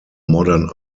modern